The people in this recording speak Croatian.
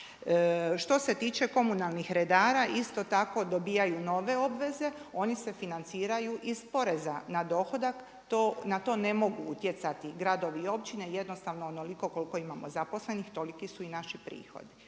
Što se tiče komunalnih redara, isto tako dobivaju nove obveze, oni se financiraju iz poreza na dohodak. Na to ne mogu utjecati gradovi i općine, jednostavno onoliko koliko imamo zaposlenih, toliko su i naši prihodi.